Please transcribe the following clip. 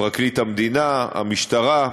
פרקליט המדינה, המשטרה.